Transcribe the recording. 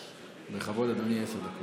לרשותך, אדוני, עשר דקות.